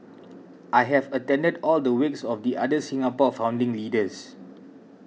I have attended all the wakes of the other Singapore founding leaders